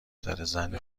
داره، زن